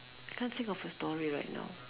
I can't think of a story right now